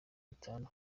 itanu